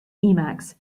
emacs